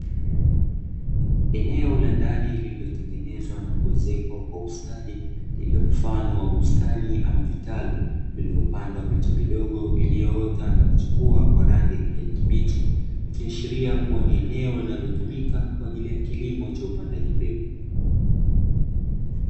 Eneo la ndani lililotengenezwa na kuezekwa kwa ustadi, lililo mfano wa bustani ama vitalu. Liliopandwa miche midogo iliyoota na kuchipua kwa rangi ya kijani kibichi, ikiashiria kuwa ni eneo linalotumika kwa ajili ya kilimo cha upandaji mbegu.